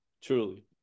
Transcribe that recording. Truly